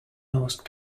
most